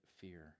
fear